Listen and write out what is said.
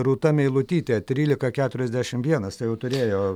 rūta meilutytė trylika keturiasdešim vienas tai jau turėjo